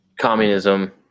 communism